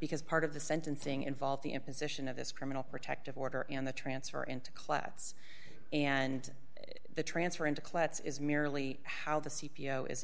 because part of the sentencing involves the imposition of this criminal protective order and the transfer into clades and the transfer into clades is merely how the c